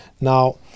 Now